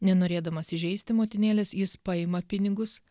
nenorėdamas įžeisti motinėlės jis paima pinigus